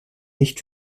nicht